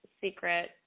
secret